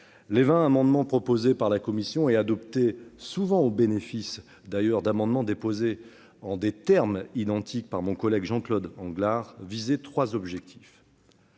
Les vingt amendements proposés par la commission et adoptés- souvent au bénéfice d'amendements déposés en des termes identiques par mon collègue Jean-Claude Anglars -visaient trois objectifs.